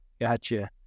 gotcha